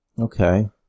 Okay